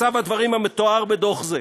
מצב הדברים המתואר בדוח זה,